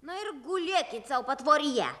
na ir gulėkit sau patvoryje